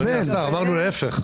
כבוד השר, אמרנו להיפך.